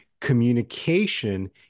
Communication